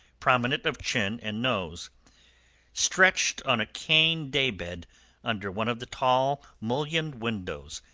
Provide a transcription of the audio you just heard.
prominent of chin and nose stretched on a cane day-bed under one of the tall mullioned windows,